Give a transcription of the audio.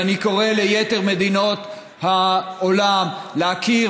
ואני קורא ליתר מדינות העולם להכיר